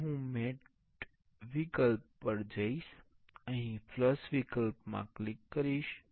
હવે હું મેટ વિકલ્પ પર જઇશ અહીં ફ્લશ વિકલ્પમાં ક્લિક કરીશ